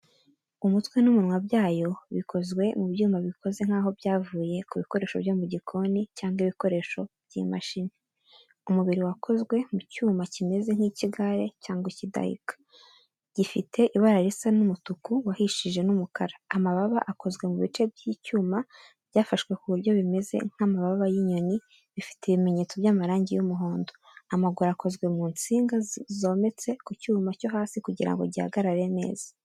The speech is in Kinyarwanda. Umutwe n’umunwa byayo bikozwe mu byuma bikoze nkaho byavuye ku bikoresho byo mu gikoni cyangwa ibindi bikoresho by’imashini. Umubiri wakozwe mu cyuma kimeze nk’icy’igare cyangwa ikidahika, gifite ibara risa n’umutuku wahishije n’umukara. Amababa akozwe mu bice by’icyuma byafashwe ku buryo bimeze nk’amababa y’inyoni, bifite ibimenyetso by’amarangi y’umuhondo. Amaguru akozwe mu nsinga zometse ku cyuma cyo hasi kugira ngo gihagarare neza.